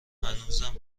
هنوزم